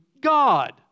God